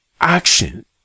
Action